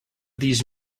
these